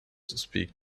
speak